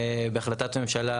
בהחלטת ממשלה,